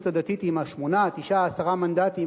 הדתית עם שמונה-תשעה-עשרה מנדטים,